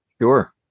Sure